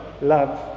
love